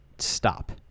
stop